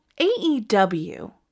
AEW